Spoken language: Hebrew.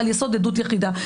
על יסוד עדות יחידה,